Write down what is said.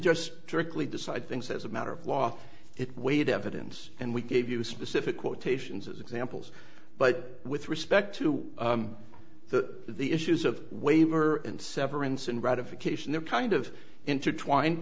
just strictly decide things as a matter of law it weighed evidence and we gave you specific quotations as examples but with respect to the the issues of waiver and severance and ratification they're kind of intertwined